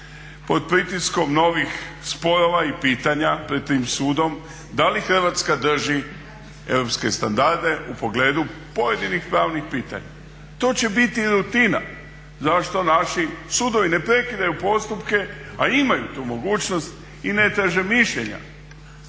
pod pritiskom novih sporova i pitanja pred tim sudom da li Hrvatska drži europske standarde u pogledu pojedinih pravnih pitanja. To će biti rutina. Zašto naši sudovi ne prekidaju postupke a imaju tu mogućnost i ne traže mišljenja